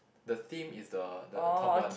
the theme is the the top one